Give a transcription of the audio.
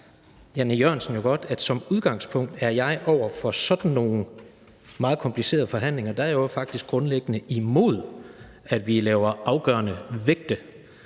Jan E. Jørgensen jo godt, at jeg som udgangspunkt ved sådan nogle meget komplicerede forhandlinger grundlæggende er imod, at vi laver afgørende vægte